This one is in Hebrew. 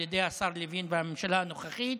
על ידי השר לוין והממשלה הנוכחית,